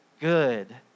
Good